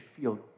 feel